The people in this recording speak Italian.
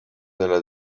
della